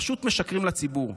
פשוט משקרים לציבור.